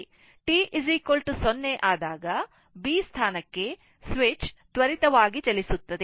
t 0 ನಲ್ಲಿ B ಸ್ಥಾನಕ್ಕೆ switch ತ್ವರಿತವಾಗಿ ಚಲಿಸುತ್ತದೆ